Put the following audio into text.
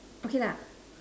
okay lah